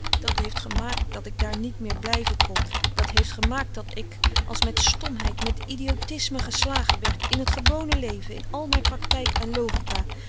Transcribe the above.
dat heeft gemaakt dat ik daar niet meer blijven kon dat heeft gemaakt dat ik als met stomheid met idiotisme geslagen werd in het gewone leven in al mijn praktijk en logica